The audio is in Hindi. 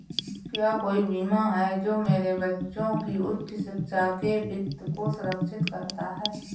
क्या कोई बीमा है जो मेरे बच्चों की उच्च शिक्षा के वित्त को सुरक्षित करता है?